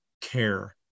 care